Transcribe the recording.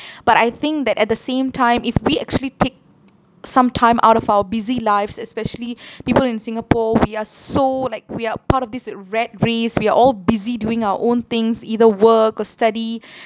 but I think that at the same time if we actually take some time out of our busy lives especially people in singapore we are so like we are part of this rat race we are all busy doing our own things either work or study